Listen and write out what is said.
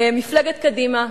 מפלגת קדימה,